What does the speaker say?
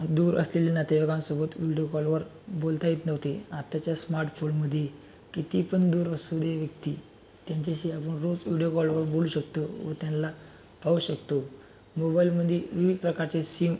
दूर असलेल्या नातेवाईकांसोबत विडियो कॉलवर बोलता येत नव्हते आताच्या स्मार्टफोनमध्ये कितीपण दूर असू दे व्यक्ती त्यांच्याशी आपण रोज विडियो कॉलवर बोलू शकतो व त्याला पाहू शकतो मोबाईलमध्ये विविध प्रकारचे सिम